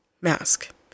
mask